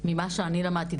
ממה שאני למדתי,